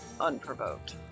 unprovoked